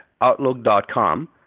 outlook.com